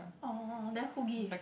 orh then who give